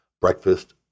breakfast